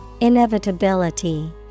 inevitability